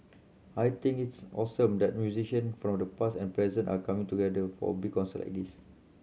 I think it's awesome that musician from the past and present are coming together for a big concert like this